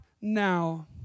now